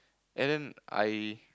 and then I